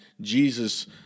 Jesus